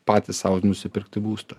patys sau ir nusipirkti būstą